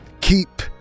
keep